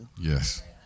Yes